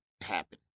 happen